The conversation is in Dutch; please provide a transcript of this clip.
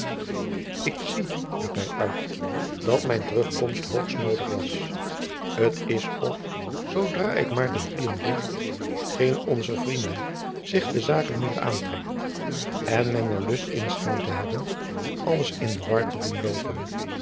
ik zie riep hy uit dat mijn terugkomst hoogst noodig was t is of zoo dra ik maar de hielen licht geen onzer vrienden zich de zaken meer aantrekt en men er lust in schijnt te hebben alles in den war te doen loopen